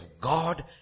God